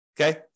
okay